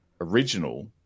original